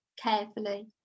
carefully